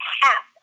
half